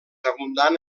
abundant